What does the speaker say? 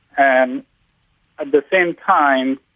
and at the same time,